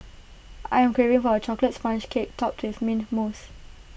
I am craving for A Chocolate Sponge Cake Topped with Mint Mousse